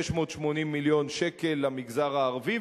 680 מיליון שקל למגזר הערבי,